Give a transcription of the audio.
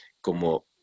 como